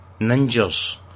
ninjas